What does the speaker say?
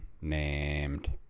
named